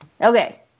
Okay